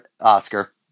Oscar